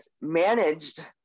managed